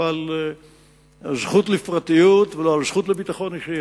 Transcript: על הזכות לפרטיות ולא על הזכות לביטחון אישי.